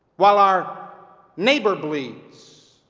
while our neighbor bleeds,